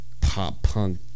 pop-punk